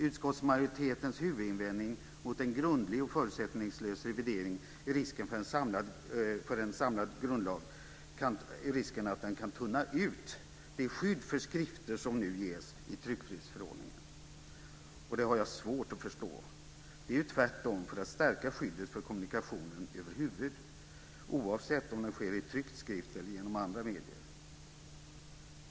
Utskottsmajoritetens huvudinvändning mot en grundlig och förutsättningslös revidering är risken för att en samlad grundlag kan tunna ut det skydd för skrifter som nu ges i tryckfrihetsförordningen. Det har jag svårt att förstå. Avsikten är ju tvärtom att stärka skyddet för kommunikationen över huvud taget, oavsett om den sker i tryckt skrift eller genom andra medier.